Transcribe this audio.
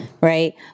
right